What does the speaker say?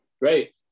Great